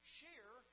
share